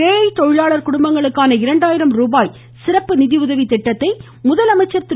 ஏழை தொழிலாளர் குடும்பங்களுக்கான இரண்டாயிரம் ரூபாய் சிறப்பு நிதியுதவி திட்டத்தை முதலமைச்சர் திரு